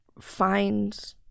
find